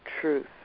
truth